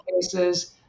cases